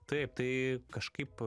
taip tai kažkaip